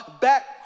back